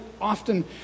often